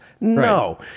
No